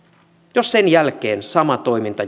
jos sen jälkeen sama toiminta